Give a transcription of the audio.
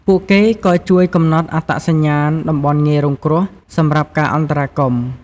ពួកគេក៏ជួយកំណត់អត្តសញ្ញាណតំបន់ងាយរងគ្រោះ សម្រាប់ការអន្តរាគមន៍។